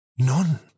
None